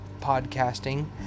podcasting